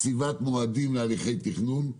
קציבת מועדים להליכי תכנון,